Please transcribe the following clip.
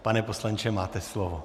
Pane poslanče, máte slovo.